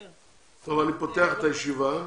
אני פותח את הישיבה.